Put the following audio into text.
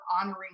honoring